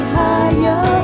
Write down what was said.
higher